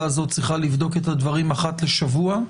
הזאת צריכה לבדוק את הדברים אחת לשבוע,